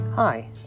Hi